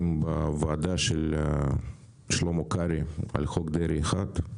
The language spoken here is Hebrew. בוועדה של שלמה קרעי על "חוק דרעי 1",